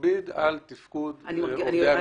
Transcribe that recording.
על תפקוד עובדי הממשלה.